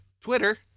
Twitter